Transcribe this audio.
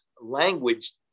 language